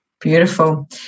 Beautiful